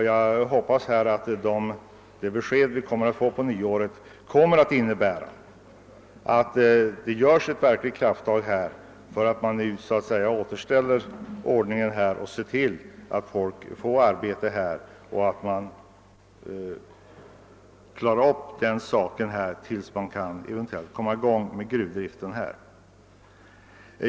Jag hoppas att det besked vi får på nyåret kommer att innebära att det skall tas verkliga krafttag för att återställa ordningen och se till att folk verkligen får arbete till dess man eventuellt kan komma i gång med gruvdriften.